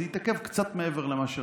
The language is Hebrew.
זה התעכב קצת מעבר למה שרציתי,